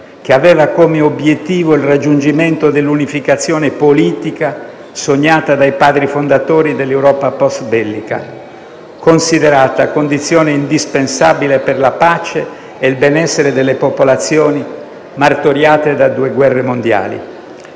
che aveva come obiettivo il raggiungimento dell'unificazione politica sognata dai Padri fondatori dell'Europa postbellica, considerata condizione indispensabile per la pace e il benessere delle popolazioni martoriate da due guerre mondiali.